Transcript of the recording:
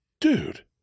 dude